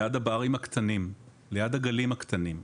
ליד הברים הקטנים, ליד הגלים הקטנים,